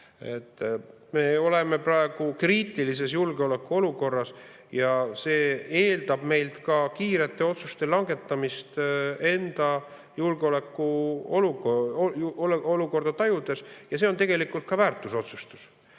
Me oleme praegu kriitilises julgeolekuolukorras ja see eeldab meilt ka kiirete otsuste langetamist, enda julgeolekuolukorda tajudes. See on tegelikult ka väärtusotsustus,